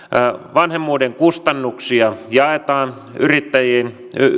vanhemmuuden kustannuksia jaetaan yrittäjien